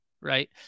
right